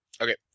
Okay